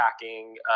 attacking